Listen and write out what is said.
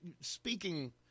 speaking